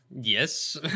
Yes